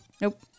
Nope